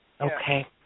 Okay